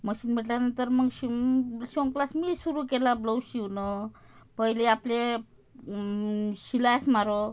machine भेटल्यानंतर मग शिवून शिवणक्लास मीही सुरू केला ब्लाऊज शिवणं पहिले आपले शिलास मारो